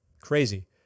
Crazy